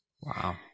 Wow